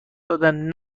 دادن